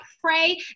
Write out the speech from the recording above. pray